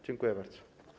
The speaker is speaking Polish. Dziękuję bardzo.